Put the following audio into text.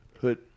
Hood